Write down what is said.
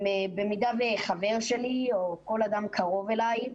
במידה וחבר שלי או כל אדם קרוב אלי,